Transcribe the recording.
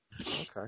Okay